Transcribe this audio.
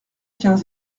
quinze